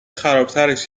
خرابترش